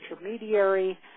intermediary